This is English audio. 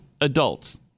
adults